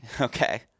Okay